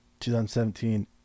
2017